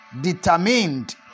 determined